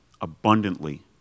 abundantly